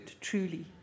truly